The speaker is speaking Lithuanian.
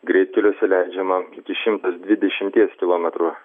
greitkeliuose leidžiama iki šimtas dvidešimties kilometrų